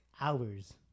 hours